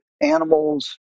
animals